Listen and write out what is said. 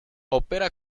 opera